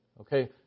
Okay